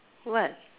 what